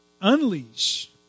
Unleash